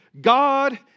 God